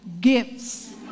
Gifts